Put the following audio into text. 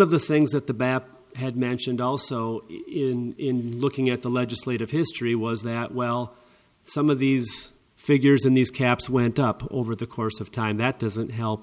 of the things that the baptists had mentioned also in looking at the legislative history was that well some of these figures and these caps went up over the course of time that doesn't help